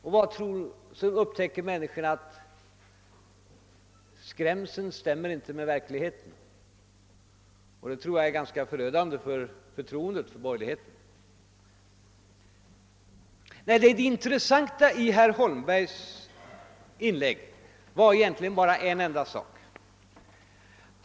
Sedan upptäcker människorna att skrämseln saknar verklighetsunderlag, och jag tror att detta blir ganska förödande för förtroendet för borgerligheten. Det var egentligen bara en enda sak i herr Holmbergs inlägg som var intressant.